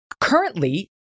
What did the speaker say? currently